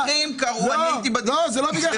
המומחים ביקשו את זה.